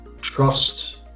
trust